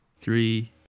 three